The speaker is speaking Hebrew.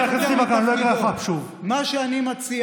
תן לבית המשפט להכריע, אבל אל תמציא